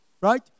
Right